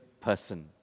person